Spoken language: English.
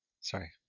Sorry